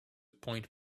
point